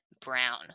Brown